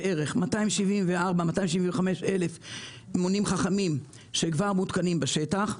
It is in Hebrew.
כ-274 אלף מונים חכמים כבר מותקנים בשטח.